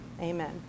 Amen